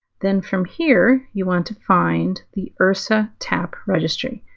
then from here you want to find the irsa tap registry.